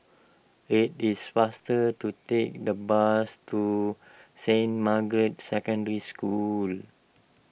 it is faster to take the bus to Saint Margaret's Secondary School